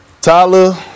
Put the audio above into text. Tyler